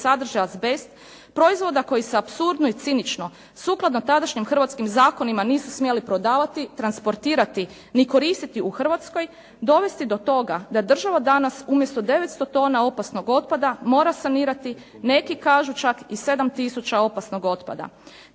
sadrže azbest, proizvoda koji se apsurdno i cinično sukladno tadašnjim hrvatskim zakonima nisu smjeli prodavati, transportirati, ni koristiti u Hrvatskoj, dovesti do toga da država danas umjesto 900 tona opasnog otpada, mora sanirati neki kažu čak i 7 tisuća opasnog otpada.